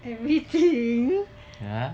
everything